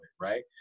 right